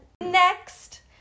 next